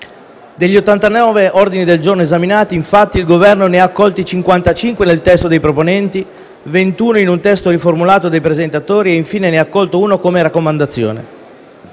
degli 89 ordini del giorno esaminati, infatti, il Governo ne ha accolti 55 nel testo dei proponenti, 21 in un testo riformulato dai presentatori e infine ne ha accolto uno come raccomandazione.